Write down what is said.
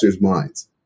minds